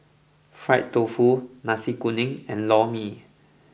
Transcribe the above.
Fried Tofu Nasi Kuning and Lor Mee